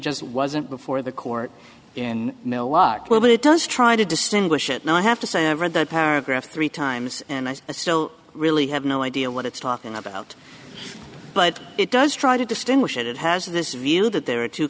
just wasn't before the court in milwaukee well it does try to distinguish it now i have to say i read that paragraph three times and i still really have no idea what it's talking about but it does try to distinguish it has the view that there are two